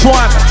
one